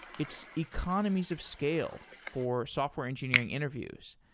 it's economies of scale for software engineering interviews.